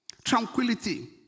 Tranquility